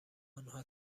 آنها